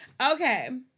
Okay